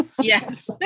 Yes